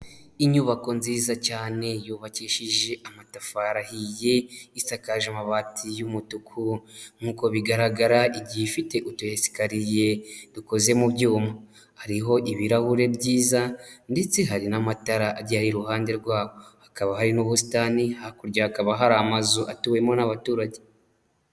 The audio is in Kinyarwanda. Inyubako nziza cyane yubakishije amatafari ahiye isakaje amabati y'umutuku nk'uko bigaragara igite ifite utuhesikariye dukoze mu byuma hariho ibirahure byiza ndetse hari n'amatara ajya iruhande rwabo hakaba hari n'ubusitani hakurya hakaba hari amazu atuwemo n'abaturage.